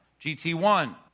GT1